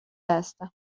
هستم